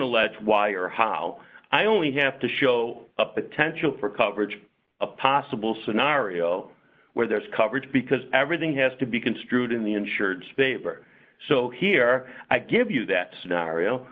allege why or how i only have to show up attention for coverage a possible scenario where there is coverage because everything has to be construed in the insureds favor so here i give you that scenario